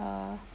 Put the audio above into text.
uh